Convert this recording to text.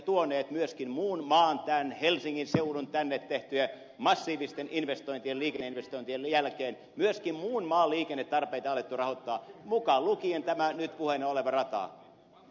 me olemme lisänneet merkittävästi ja helsingin seudulle tehtyjen massiivisten liikenneinvestointien jälkeen myöskin muun maan liikennetarpeita on alettu rahoittaa mukaan lukien tämä nyt puheena oleva rata